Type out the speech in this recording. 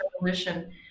Revolution